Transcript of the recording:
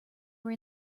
were